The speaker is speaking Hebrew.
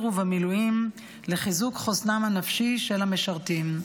ובמילואים לחיזוק חוסנם הנפשי של המשרתים.